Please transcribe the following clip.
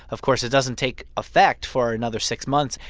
of course, it doesn't take effect for another six months.